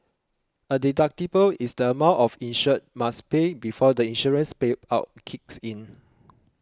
a deductible is the amount an insured must pay before the insurance payout kicks in